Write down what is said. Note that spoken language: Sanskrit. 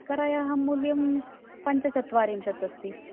शर्करायाः मूल्यं पञ्चचत्वारिंशत् अस्ति